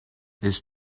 ist